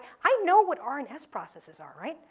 i know what r and s processes are, right?